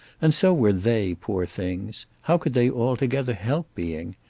and so were they, poor things how could they all together help being?